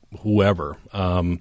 whoever –